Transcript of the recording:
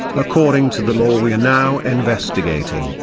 according to the law we are now investigating,